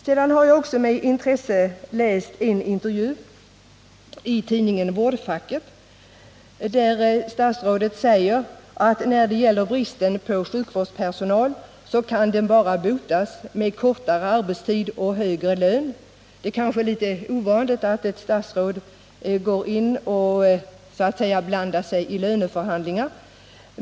Vidare har jag med stort intresse läst en intervju med statsrådet i tidningen Vårdfacket, där statsrådet säger att bristen på sjukvårdspersonal bara kan botas med kortare arbetstid och högre lön. Det är kanske litet ovanligt att ett statsråd så att säga blandar sig i löneförhandlingarna.